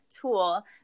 tool